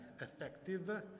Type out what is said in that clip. effective